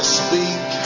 speak